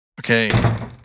Okay